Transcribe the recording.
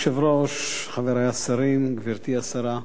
אדוני היושב-ראש, חברי השרים, גברתי השרה,